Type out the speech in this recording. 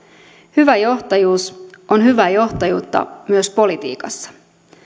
hyvä johtajuus on hyvää johtajuutta myös politiikassa